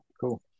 Cool